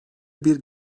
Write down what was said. bir